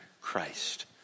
Christ